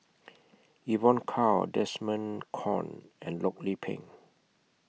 Evon Kow Desmond Kon and Loh Lik Peng